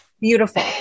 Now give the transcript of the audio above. beautiful